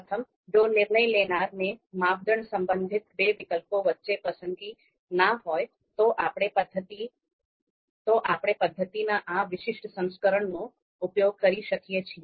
પ્રથમ જો નિર્ણય લેનારને માપદંડ સંબંધિત બે વિકલ્પો વચ્ચે પસંદગી ન હોય તો આપણે પદ્ધતિના આ વિશિષ્ટ સંસ્કરણનો ઉપયોગ કરી શકીએ છીએ